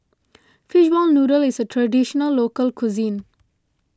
Fishball Noodle is a Traditional Local Cuisine